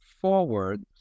forward